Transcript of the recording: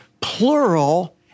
plural